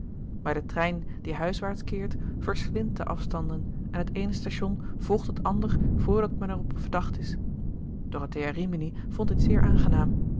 maar de trein die huiswaarts keert verslindt de afstanden en het eene station volgt het ander voordat men er op verdacht is dorothea rimini vond dit zeer aangenaam